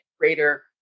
greater